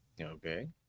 Okay